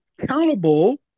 accountable